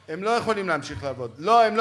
הם יכולים לעבוד אם הם רוצים להמשיך לעבוד.